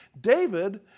David